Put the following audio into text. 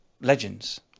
legends